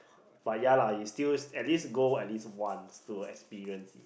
but ya lah is still at least go at least once to experience